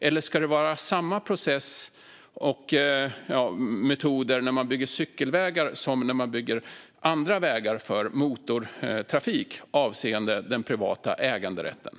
Eller ska det vara samma process och metoder avseende den privata äganderätten när man bygger cykelvägar som när man bygger vägar för motortrafik?